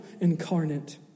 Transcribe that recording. incarnate